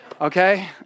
Okay